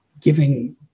giving